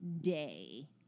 day